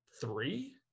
three